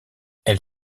elle